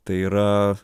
tai yra